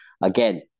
Again